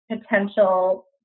potential